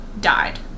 died